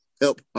Help